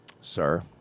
Sir